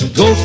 go